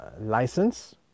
license